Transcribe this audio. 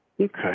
Okay